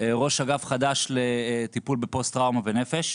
ראש אגף חדש לטיפול בפוסט טראומה ונפש,